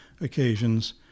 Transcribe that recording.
occasions